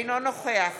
אינו נוכח